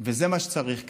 וזה מה שצריך כאן,